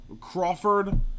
Crawford